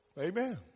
Amen